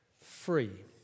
free